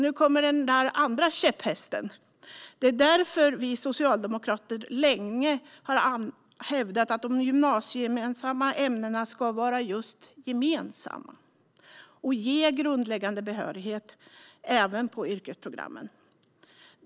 Nu kommer den andra käpphästen: Det är därför vi socialdemokrater länge har hävdat att de gymnasiegemensamma ämnena ska vara just gemensamma och ge grundläggande behörighet även på yrkesprogrammen.